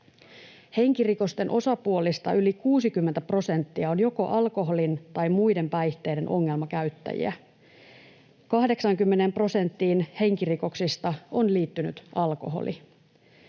Henkirikosten osapuolista yli 60 prosenttia on joko alkoholin tai muiden päihteiden ongelmakäyttäjiä. 80 prosenttiin henkirikoksista on liittynyt alkoholi.